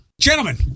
Gentlemen